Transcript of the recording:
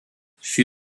she